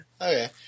Okay